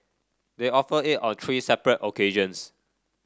they offered it on three separate occasions